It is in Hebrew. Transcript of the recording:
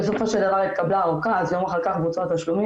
בסופו של דבר התקבלה ארכה אז יום אחר כך התבצעו התשלומים,